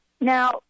Now